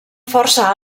força